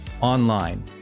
online